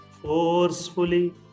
forcefully